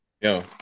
yo